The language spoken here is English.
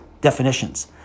definitions